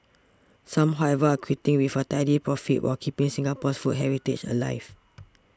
some however are quitting with a tidy profit while keeping Singapore's food heritage alive